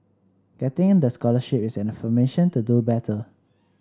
getting the scholarship is an affirmation to do better